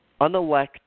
unelected